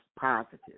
positive